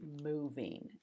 moving